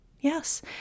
Yes